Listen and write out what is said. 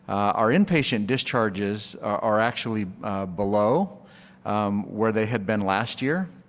our inpatient discharges are actually below where they had been last year.